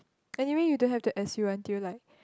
anyway you don't have to S U until like